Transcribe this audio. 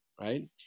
right